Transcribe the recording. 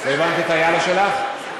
לא הבנתי את ה"יאללה" שלך.